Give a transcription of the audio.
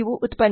ಇವು ಉತ್ಪನ್ನ